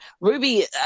Ruby